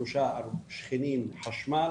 שלושה שכנים חשמל,